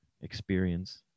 experience